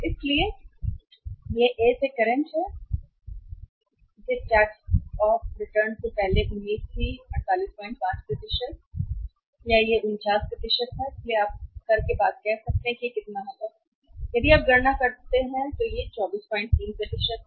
इसलिए यह ए से करंट है ए से करंट है इसलिए टैक्स रेट ऑफ रिटर्न से पहले उम्मीद थी कि 485 कितना था या यह 49 था इसलिए आप कर के बाद कह सकते हैं कि कितना होगा यदि आप गणना करते हैं कि यह 243 है